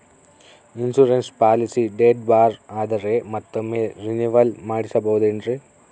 Insurance policy date ಬಾರ್ ಆದರೆ ಮತ್ತೊಮ್ಮೆ ರಿನಿವಲ್ ಮಾಡಿಸಬಹುದೇ ಏನ್ರಿ?